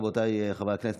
רבותיי חברי הכנסת,